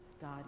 God